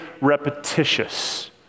repetitious